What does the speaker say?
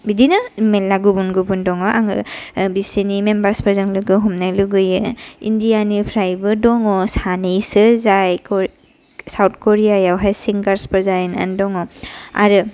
बिदिनो मेरला गुबुन गुबुन दङ आङो बिसिनि मेम्बार्स फोरजों लोगो हमनो लुगैयो इन्डियानिफ्रायबो दङ सानैसो जाय साउथ करियायावहाय सिंगार्सफोर जाहैनानै दङ आरो